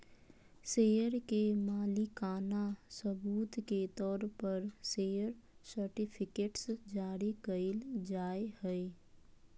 share के मालिकाना सबूत के तौर पर शेयर सर्टिफिकेट्स जारी कइल जाय हइ